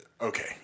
okay